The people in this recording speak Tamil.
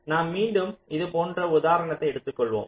நாம் மீண்டும் இது போன்ற உதாரணத்தை எடுத்துக்கொள்வோம்